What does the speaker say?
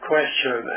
question